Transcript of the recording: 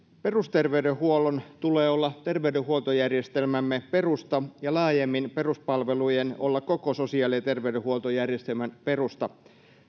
perusterveydenhuollon tulee olla terveydenhuoltojärjestelmämme perusta ja laajemmin peruspalvelujen olla koko sosiaali ja terveydenhuoltojärjestelmän perusta